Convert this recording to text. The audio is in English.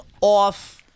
off